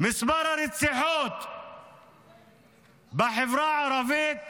מספר הרציחות בחברה הערבית